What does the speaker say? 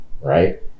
right